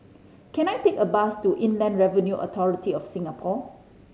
can I take a bus to Inland Revenue Authority of Singapore